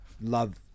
love